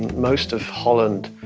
most of holland,